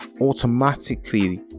automatically